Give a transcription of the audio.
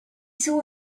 saw